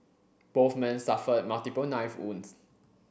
both men suffered multiple knife wounds